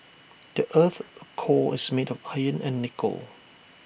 the Earth's core is made of iron and nickel